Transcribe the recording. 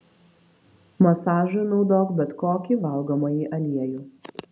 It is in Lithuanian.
masažui naudok bet kokį valgomąjį aliejų